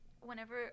whenever